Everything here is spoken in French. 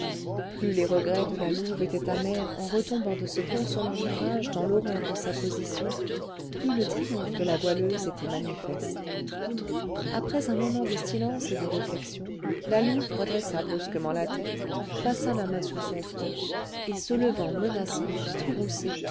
plus les regrets de la louve étaient amers en retombant de ce consolant mirage dans l'horreur de sa position plus le triomphe de la goualeuse était manifeste après un moment de silence et de réflexion la louve redressa brusquement la tête passa la main sur son front et se levant menaçante